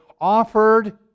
offered